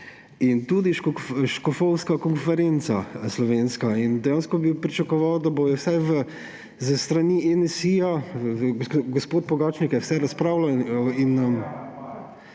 in tudi Slovenska škofovska konferenca. In dejansko bi pričakoval, da bodo vsaj s strani NSi …, gospod Pogačnik je vsaj razpravljal in nam